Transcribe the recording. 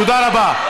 תודה רבה.